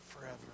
forever